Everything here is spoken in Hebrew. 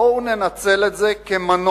בואו ננצל את זה כמנוף,